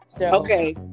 Okay